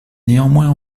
néanmoins